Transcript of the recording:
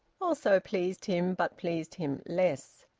also pleased him, but pleased him less.